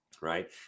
right